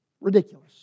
Ridiculous